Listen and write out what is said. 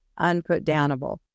unputdownable